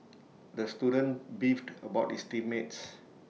the student beefed about his team mates